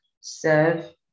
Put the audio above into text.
serve